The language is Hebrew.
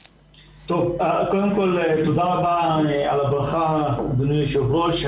תודה רבה על הברכה אדוני היושב ראש.